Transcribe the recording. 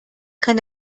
kann